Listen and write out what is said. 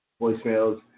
Voicemails